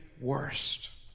worst